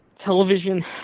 television